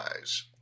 eyes